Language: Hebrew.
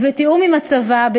ובתיאום עם הצבא,